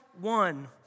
one